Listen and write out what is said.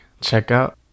checkout